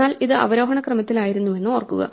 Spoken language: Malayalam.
എന്നാൽ ഇത് അവരോഹണ ക്രമത്തിലായിരുന്നുവെന്ന് ഓർക്കുക